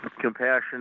compassion